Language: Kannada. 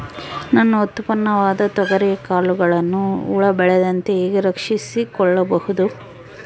ನನ್ನ ಉತ್ಪನ್ನವಾದ ತೊಗರಿಯ ಕಾಳುಗಳನ್ನು ಹುಳ ಬೇಳದಂತೆ ಹೇಗೆ ರಕ್ಷಿಸಿಕೊಳ್ಳಬಹುದು?